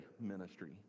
ministry